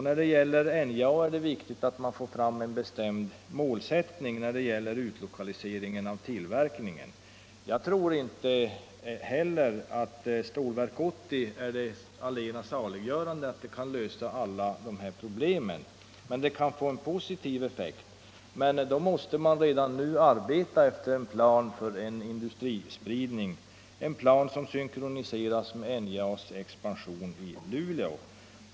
När det gäller NJA är det viktigt att man får fram en bestämd målsättning för utlokaliseringen av tillverkningen. Jag tror inte heller att Stålverk 80 är det allena saliggörande och att det kan lösa alla de här problemen. Det kan dock få en positiv effekt. Men då måste man redan nu arbeta efter en plan för en industrispridning, en plan som synkroniseras med NJA:s expansion i Luleå.